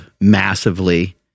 massively